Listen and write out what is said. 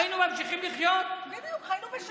היינו ממשיכים לחיות נורמלי.